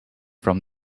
from